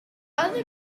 other